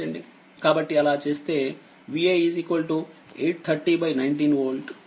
కాబట్టిఅలా చేస్తేVa 83019వోల్ట్ మరియుVb 81019వోల్ట్పొందుతారు